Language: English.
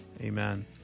Amen